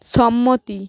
সম্মতি